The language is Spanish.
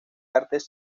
artes